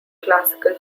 classical